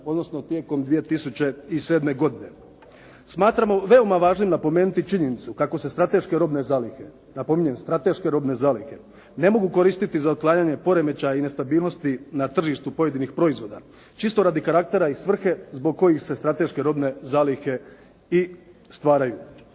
odnosno tijekom 2007. godine. Smatramo veoma važnim napomenuti činjenicu kako se strateške robne zalihe napominjem ne mogu koristiti za otklanjanje poremećaja i nestabilnosti na tržištu pojedinih proizvoda čisto radi karaktera i svrhe zbog kojih se strateške robne zalihe i stvaraju.